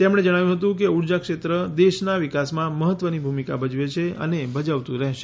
તેમણે જણાવ્યું હતુ કે ઉર્જા ક્ષેત્ર દેશના વિકાસમાં મહત્વની ભૂમિકા ભજવે છે અને ભજવતું રહેશે